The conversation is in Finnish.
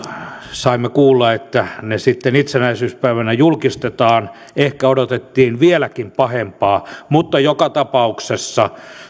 saimme kuulla että ne sitten itsenäisyyspäivänä julkistetaan ehkä odotettiin vieläkin pahempaa mutta joka tapauksessa